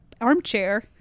armchair